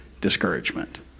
discouragement